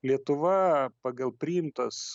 lietuva pagal priimtas